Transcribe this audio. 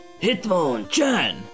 Hitmonchan